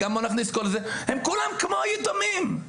הם כולם כמו היתומים.